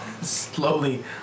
slowly